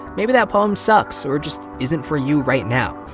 maybe that poem sucks or just isn't for you right now.